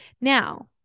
Now